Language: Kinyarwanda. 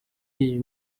iyi